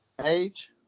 Age